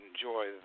enjoy